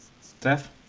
Steph